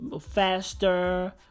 faster